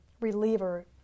reliever